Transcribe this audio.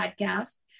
podcast